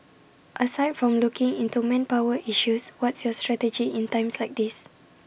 aside from looking into manpower issues what's your strategy in times like these